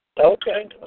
Okay